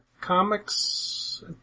comics